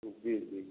जी जी